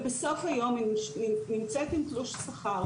ובסוף היום היא נמצאת עם תלוש שכר,